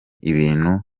ibintu